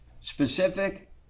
specific